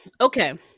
Okay